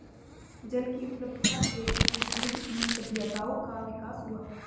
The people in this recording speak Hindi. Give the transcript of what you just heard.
जल की उपलब्धता के इर्दगिर्द ही सभ्यताओं का विकास हुआ